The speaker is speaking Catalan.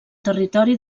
territori